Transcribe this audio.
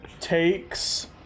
takes